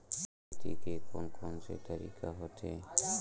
खेती के कोन कोन से तरीका होथे?